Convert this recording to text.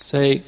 Say